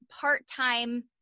part-time